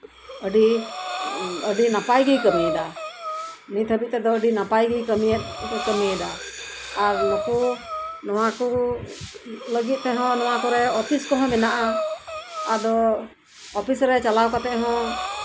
ᱟᱹᱰᱤ ᱟᱹᱰᱤ ᱱᱟᱯᱟᱭ ᱜᱮᱭ ᱠᱟᱹᱢᱤᱭᱮᱫᱟ ᱱᱤᱛ ᱦᱟᱹᱵᱤᱡ ᱛᱮᱫᱚ ᱟᱹᱰᱤ ᱱᱟᱯᱟᱭ ᱜᱮᱭ ᱠᱟᱹᱢᱤᱭᱮᱫᱟ ᱟᱨ ᱱᱩᱠᱩ ᱱᱚᱣᱟ ᱠᱚ ᱞᱟᱹᱜᱤᱫ ᱛᱮᱦᱚᱸ ᱱᱚᱣᱟ ᱠᱚᱨᱮᱜ ᱚᱯᱷᱤᱥ ᱠᱚᱦᱚᱸ ᱢᱮᱱᱟᱜᱼᱟ ᱟᱫᱚ ᱚᱯᱷᱤᱥᱨᱮ ᱪᱟᱞᱟᱣ ᱠᱟᱛᱮᱜ ᱦᱚᱸ